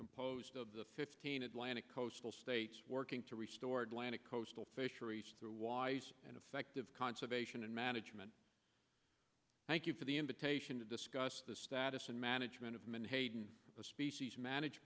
composed of the fifteen atlantic coastal states working to restore atlantic coastal fisheries through wise and effective conservation and management thank you for the invitation to discuss the status and management of menhaden the species manage